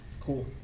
Cool